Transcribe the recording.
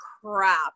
crap